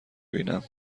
بینم